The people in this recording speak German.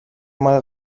mal